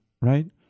right